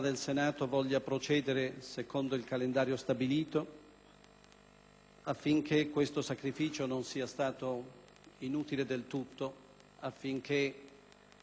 affinché questo sacrificio non sia stato inutile del tutto e possa indicarci la strada, sia di un provvedimento tempestivo